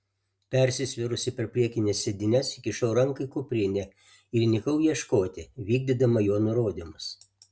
persisvėrusi per priekines sėdynes įkišau ranką į kuprinę ir įnikau ieškoti vykdydama jo nurodymus